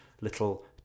little